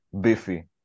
beefy